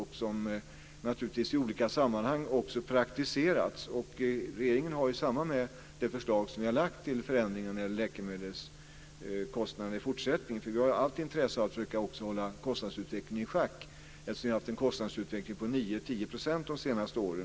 De har också praktiserats i olika sammanhang. Vi har ju allt intresse av att också försöka hålla kostnadsutvecklingen i schack eftersom vi har haft en kostnadsutveckling på 9-10 % de senaste åren.